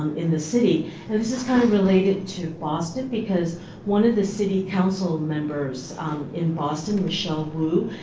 in the city. and this is kind of related to boston because one of the city council members in boston, michelle wu,